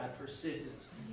Persistence